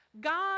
God